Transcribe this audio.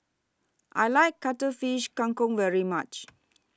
I like Cuttlefish Kang Kong very much